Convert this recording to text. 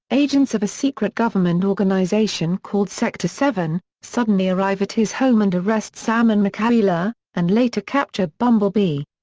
agents of a secret government organization called sector seven, suddenly arrive at his home and arrest sam and mikaela, and later capture bumblebee.